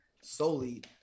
solely